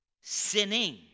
Sinning